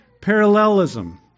parallelism